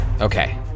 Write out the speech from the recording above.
Okay